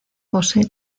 posee